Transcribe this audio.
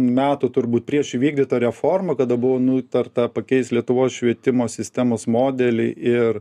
metų turbūt prieš įvykdytą reformą kada buvo nutarta pakeist lietuvos švietimo sistemos modelį ir